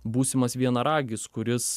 būsimas vienaragis kuris